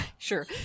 Sure